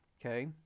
okay